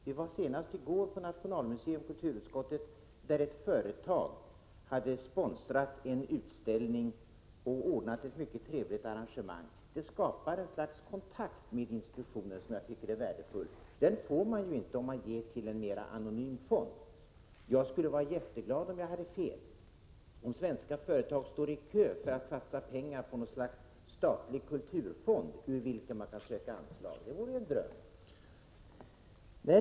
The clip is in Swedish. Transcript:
Vi var senast i går med kulturutskottet på Nationalmuseum, där ett företag hade sponsrat en utställning och gjort ett mycket trevligt arrangemang. Sådant skapar ett slags kontakt med institutionen, som jag tycker är värdefull. Den får inte ett företag som ger till en mer anonym fond. Jag skulle vara mycket glad om jag hade fel, om svenska företag stod i kö för att satsa pengar till något slags statlig kulturfond, ur vilken anslag kunde sökas.